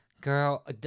Girl